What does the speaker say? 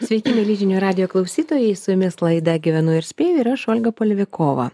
sveiki mieli žinių radijo klausytojai su jumis laida gyvenu ir spėju ir aš olga polivikova